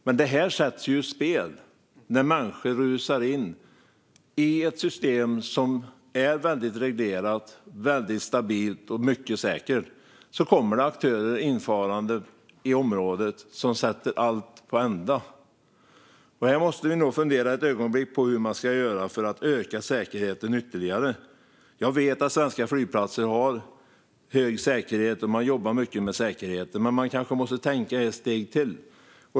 Men detta sätts ju ur spel när människor kommer infarande i ett system som är väldigt reglerat, väldigt stabilt och mycket säkert och sätter allt på ända. Här måste vi nog fundera ett ögonblick på hur man ska göra för att öka säkerheten ytterligare. Jag vet att svenska flygplatser har hög säkerhet och jobbar mycket med säkerhet, men man kanske måste tänka ett steg till.